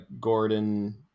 Gordon